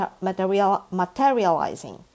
materializing